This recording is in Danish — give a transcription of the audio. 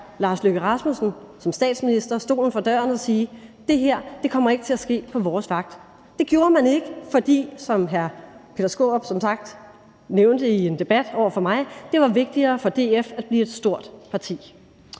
Lars Løkke Rasmussen som statsminister stolen for døren og sige: Det her kommer ikke til at ske på vores vagt. Det gjorde man ikke, fordi det, som hr. Peter Skaarup som sagt nævnte i en debat over for mig, var vigtigere for DF at blive et stort parti.